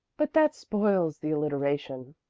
but that spoils the alliteration.